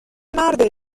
مرده